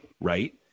right